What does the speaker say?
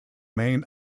main